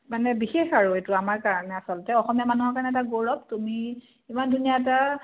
মানে বিশেষ আৰু এইটো আমাৰ কাৰণে আচলতে অসমীয়া মানুহৰ কাৰণে এটা গৌৰৱ তুমি ইমান ধুনীয়া এটা